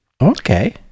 Okay